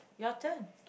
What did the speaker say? your turn